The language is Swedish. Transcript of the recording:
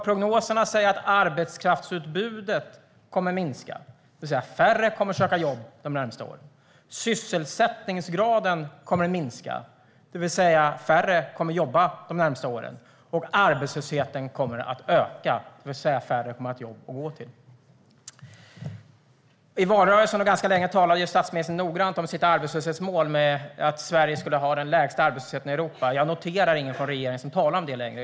Prognoserna säger att arbetskraftsutbudet kommer att minska, det vill säga att färre kommer att söka jobb de närmaste åren. Sysselsättningsgraden kommer att minska, det vill säga att färre kommer att jobba de närmaste åren. Och arbetslösheten kommer att öka, det vill säga att färre kommer att ha ett jobb att gå till. I valrörelsen och ganska länge talade statsministern noggrant om sitt arbetslöshetsmål: Sverige skulle ha den lägsta arbetslösheten i Europa. Jag noterar: Det är ingen från regeringen som talar om det längre.